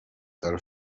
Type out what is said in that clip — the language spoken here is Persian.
داره